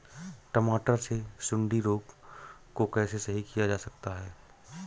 टमाटर से सुंडी रोग को कैसे सही किया जा सकता है?